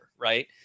right